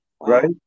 Right